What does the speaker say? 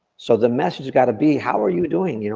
so the message is got to be, how are you doing? you know